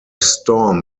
storm